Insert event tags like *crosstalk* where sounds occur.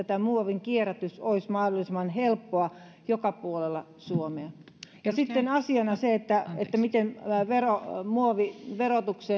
*unintelligible* tämä muovinkierrätys olisi mahdollisimman helppoa joka puolella suomea sitten asiana muovinverotus